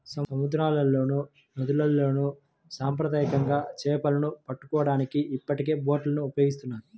సముద్రాల్లోనూ, నదుల్లోను సాంప్రదాయకంగా చేపలను పట్టుకోవడానికి ఇప్పటికే బోట్లను ఉపయోగిస్తున్నారు